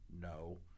no